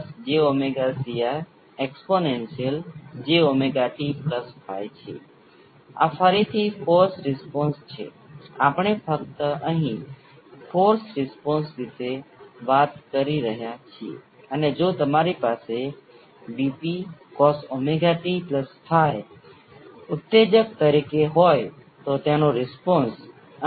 આમ તે જ ગણાય છે કે તમારી પાસે સર્કિટમાં વધારે સ્ત્રોતો પણ હોઈ શકે છે પરંતુ જ્યારે તમે બધા સ્વતંત્ર સ્ત્રોતોને 0 પર સેટ કરો છો જો સર્કિટમાં RL અને C નું માત્ર શ્રેણી જોડાણ હોય તો એ સિંગલ લૂપમાં છે તો તે RLC સિરીજ સર્કિટ છે